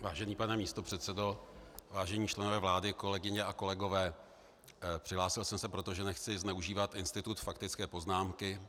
Vážený pane místopředsedo, vážení členové vlády, kolegyně a kolegové, přihlásil jsem se proto, že nechci zneužívat institut faktické poznámky.